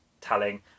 telling